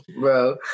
bro